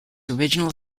original